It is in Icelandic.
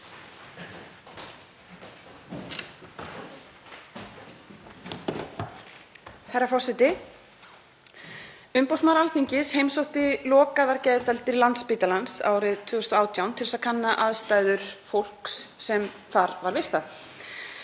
Herra forseti. Umboðsmaður Alþingis heimsótti lokaðar geðdeildir Landspítalans árið 2018 til að kanna aðstæður fólks sem þar var vistað.